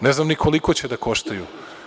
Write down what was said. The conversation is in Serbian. Ne znam ni koliko će da koštaju.